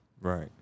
Right